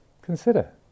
Consider